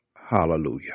Hallelujah